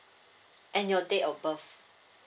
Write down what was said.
and your date of birth